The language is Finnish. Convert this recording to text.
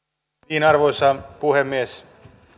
asian arvoisa puhemies